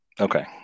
Okay